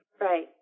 Right